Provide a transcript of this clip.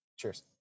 Cheers